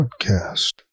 Podcast